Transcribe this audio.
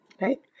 right